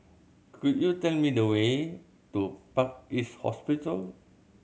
could you tell me the way to Park East Hospital